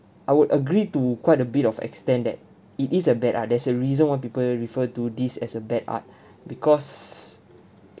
I would agree to quite a bit of extent that it is a bad art there's a reason why people refer to this as a bad art because